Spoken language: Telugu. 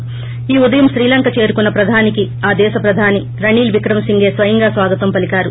ౌఈ ఉదయం శ్రీలంక చేరుకున్న ప్రధానికి ఆ దేశ ప్రధాని రణీల్ విక్రమసింఘే స్వయంగా స్వాగతం పలికారు